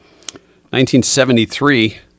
1973